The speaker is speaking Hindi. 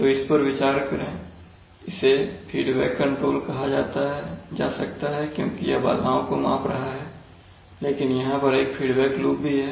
तो इस पर विचार करें इसे फीडफॉरवर्ड कंट्रोल कहा जा सकता है क्योंकि यह बाधाओं को माप रहा है लेकिन यहां पर एक फीडबैक लूप भी है